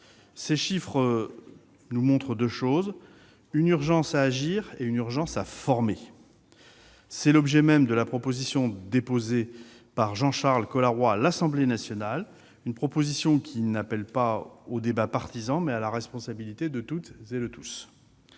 Ces chiffres démontrent deux choses : une urgence à agir et une urgence à former. C'est l'objet même de la proposition de loi déposée par Jean-Charles Colas-Roy à l'Assemblée nationale. Ce texte n'appelle pas aux débats partisans, mais à la responsabilité de toutes et tous.